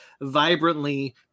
vibrantly